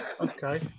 Okay